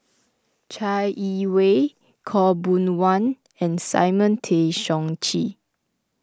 Chai Yee Wei Khaw Boon Wan and Simon Tay Seong Chee